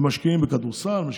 הם משקיעים בכדורסל.